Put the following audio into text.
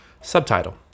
Subtitle